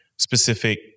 specific